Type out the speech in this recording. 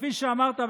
כפי שאמרת,